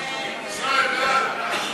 סעיפים 3 4 נתקבלו.